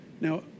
Now